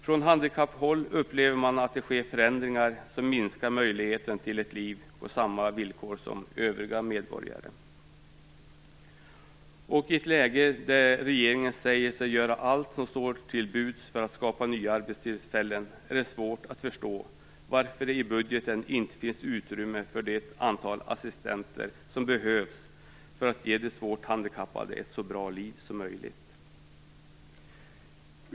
Från handikapphåll upplever man att det sker förändringar som minskar möjligheten till ett liv på de villkor som gäller för övriga medborgare. I ett läge där regeringen säger sig göra allt som står till buds för att skapa nya arbetstillfällen är det svårt att förstå varför det i budgeten inte finns utrymme för det antal assistenter som behövs för att ge de svårt handikappade ett så bra liv som möjligt.